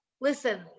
listen